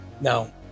No